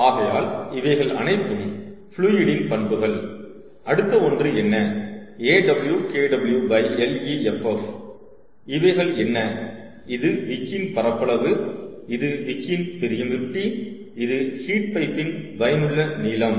ஆகையால் இவைகள் அனைத்தும் ஃப்ளுயிடின் பண்புகள் அடுத்த ஒன்று என்ன Aw Kw Leff இவைகள் என்ன இது விக்கின் பரப்பளவு இது விக்கின் பெர்மியபிலிடி இது ஹீட் பைப்பின் பயனுள்ள நீளம்